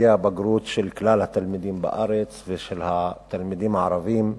בהישגי הבגרות של כלל התלמידים בארץ ושל התלמידים הערבים.